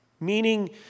meaning